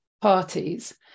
parties